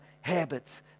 habits